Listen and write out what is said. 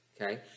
okay